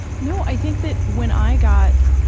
no, i think that, when i got,